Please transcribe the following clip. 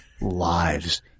lives